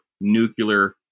nuclear